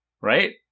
right